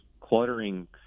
cluttering